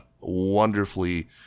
wonderfully